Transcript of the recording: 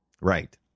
Right